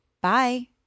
Bye